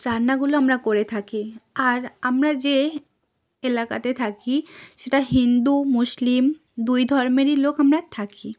রান্নাগুলো আমরা করে থাকি আর আমরা যে এলাকাতে থাকি সেটা হিন্দু মুসলিম দুই ধর্মেরই লোক আমরা থাকি